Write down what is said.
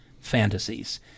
fantasies